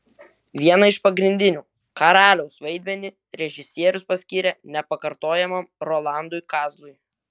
vieną iš pagrindinių karaliaus vaidmenį režisierius paskyrė nepakartojamam rolandui kazlui